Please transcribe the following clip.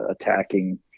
attacking